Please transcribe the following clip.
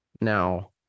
now